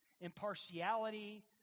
impartiality